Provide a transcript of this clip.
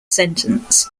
sentence